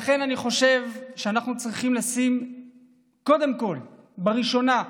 לכן אני חושב שאנחנו צריכים קודם כול, בראשונה,